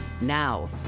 Now